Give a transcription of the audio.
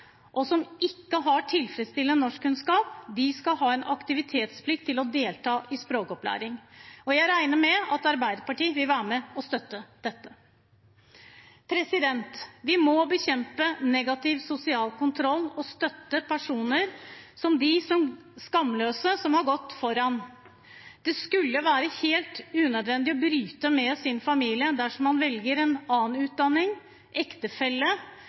og som ikke har tilfredsstillende norskkunnskaper, skal ha en aktivitetsplikt til å delta i språkopplæring. Jeg regner med at Arbeiderpartiet vil være med og støtte dette. Vi må bekjempe negativ sosial kontroll og støtte personer som de skamløse jentene, som har gått foran. Det skulle være helt unødvendig å måtte bryte med sin familie dersom man velger en annen utdanning eller ektefelle